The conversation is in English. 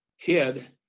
kid